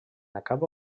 acaba